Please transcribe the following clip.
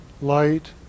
light